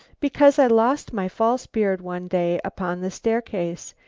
because i lost my false beard one day upon the staircase,